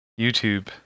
YouTube